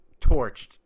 torched